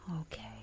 Okay